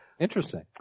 Interesting